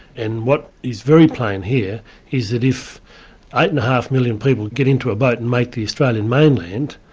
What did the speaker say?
and what is very plain here is that if eight and a half million people get into a boat and make the australian mainland,